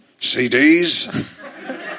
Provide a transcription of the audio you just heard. CDs